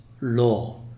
law